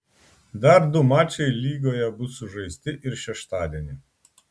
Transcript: dar du mačai lygoje bus sužaisti ir šeštadienį